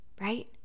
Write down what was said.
Right